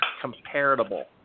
comparable